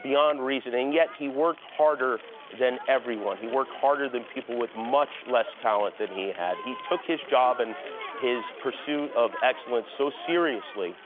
beyond reason. and yet he worked harder than everyone. he worked harder than people with much less talent than he had. he took his job and his pursuit of excellence so seriously,